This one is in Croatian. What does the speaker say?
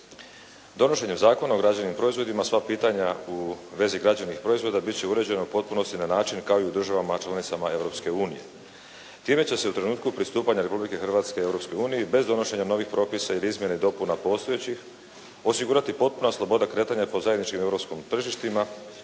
Donošenjem Zakona o građevnim proizvodima sva pitanja u vezi građevnih proizvoda bit će uređena u potpunosti na način kao i u državama članicama Europske unije. Time će se u trenutku pristupanja Republike Hrvatske Europskoj uniji bez donošenja novih propisa ili izmjene dopuna postojećih osigurati potpuna sloboda kretanja po zajedničkim europskim tržištima